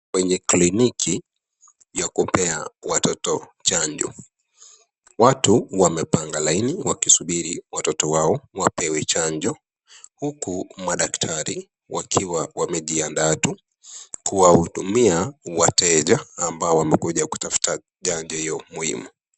Kwenye kliniki ya kupea watoto chanjo. Watu wamepanga laini wakisubiri watoto wao wapewe chanjo uku madaktari wakiwa wamejiandaa tu kuwahudumia wateja ambao wamekuja kutafuta chanjo hio muhimu.